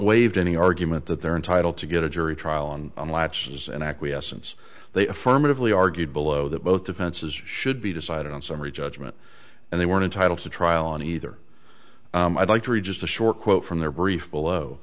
waived any argument that they're entitled to get a jury trial on latches and acquiescence they affirmatively argued below that both defenses should be decided on summary judgment and they were entitled to trial on either i'd like to read just a short quote from their brief below